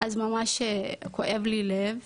אז ממש כואב לי הלב,